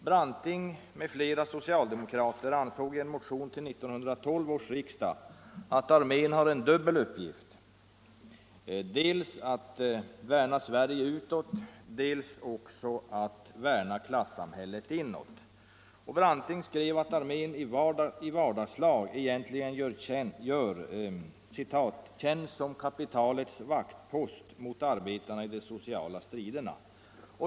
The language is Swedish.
Branting m.fl. socialdemokrater ansåg i en motion till 1912 års riksdag att armén har en dubbel uppgift, dels att värna Sverige utåt, dels också att värna klassamhället inåt. Branting skrev att armén i vardagslag egentligen gör ”tjänst som kapitalets vaktpost mot arbetarna i de sociala striderna”.